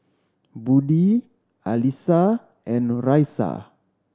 Budi Alyssa and Raisya